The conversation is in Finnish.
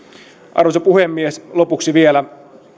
arvoisa puhemies lopuksi vielä